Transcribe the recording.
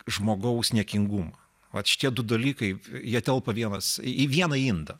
žmogaus niekingumą vat šie du dalykai jie telpa vienas į vieną indą